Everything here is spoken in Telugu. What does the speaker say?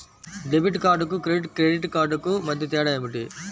డెబిట్ కార్డుకు క్రెడిట్ క్రెడిట్ కార్డుకు మధ్య తేడా ఏమిటీ?